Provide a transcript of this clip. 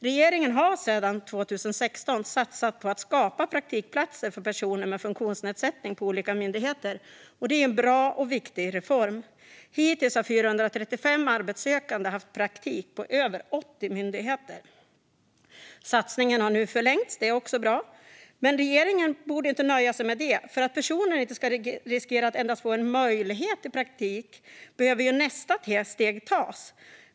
Regeringen har sedan 2016 satsat på att skapa praktikplatser för personer med funktionsnedsättning på olika myndigheter, och det är en bra och viktig reform. Hittills har 435 arbetssökande haft praktik på någon av de mer än 80 myndigheter som deltar. Satsningen har nu förlängts. Det är också bra, men regeringen bör inte nöja sig med det. För att personer inte ska riskera att endast få en möjlighet till praktik behöver nästa steg tas.